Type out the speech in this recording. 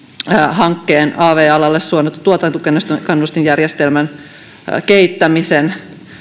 hankkeen av alalle suunnatun tuotantokannustinjärjestelmän kehittämisen